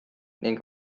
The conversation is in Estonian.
ning